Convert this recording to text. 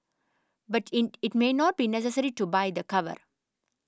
but it may not be necessary to buy the cover